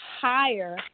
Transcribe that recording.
higher